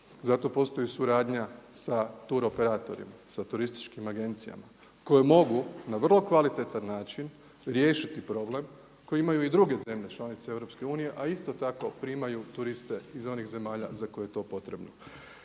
zato postoji suradnja sa turoperatorima, sa turističkim agencijama koje mogu na vrlo kvalitetan način riješiti problem koje imaju i druge zemlje članice EU, a isto tako primaju turiste iz onih zemalja za koje je to potrebno.